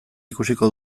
ikusiko